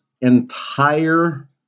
entire